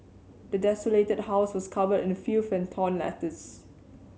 the desolated house was covered in filth and torn letters